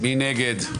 מי נגד?